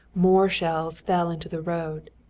more shells fell into the road.